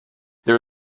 there